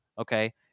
Okay